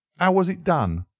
how was it done?